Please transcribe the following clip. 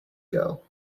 girl